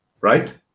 Right